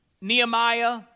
Nehemiah